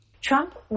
Trump